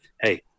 hey